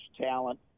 talent